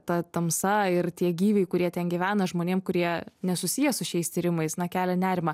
ta tamsa ir tie gyviai kurie ten gyvena žmonėm kurie nesusiję su šiais tyrimais na kelia nerimą